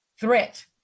threat